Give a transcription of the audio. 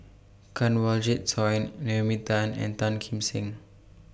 Kanwaljit Soin Naomi Tan and Tan Kim Seng